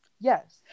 yes